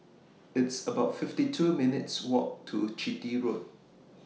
It's about fifty two minutes' Walk to Chitty Road